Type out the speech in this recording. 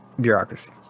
bureaucracy